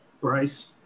Bryce